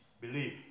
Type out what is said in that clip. Believe